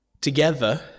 together